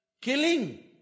Killing